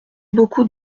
beaucoup